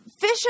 fish